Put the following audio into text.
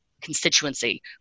constituency